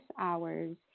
hours